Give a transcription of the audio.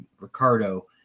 Ricardo